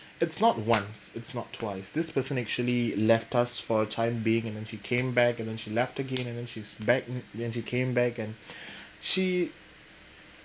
it's not once it's not twice this person actually left us for a time being and then she came back and then she left again and then she's back then she came back and she